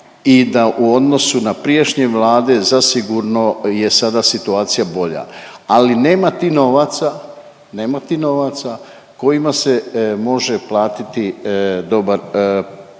i da u odnosu na prijašnje Vlade zasigurno je sada situacija bolja, ali nema ti novaca, nema ti novaca kojima se može platiti dobar